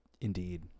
Indeed